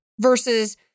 versus